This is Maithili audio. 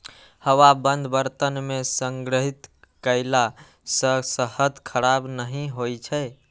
हवाबंद बर्तन मे संग्रहित कयला सं शहद खराब नहि होइ छै